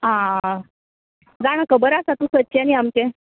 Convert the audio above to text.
आं जाणा खबर आसा तूं सदचें नी आमचें